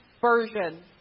version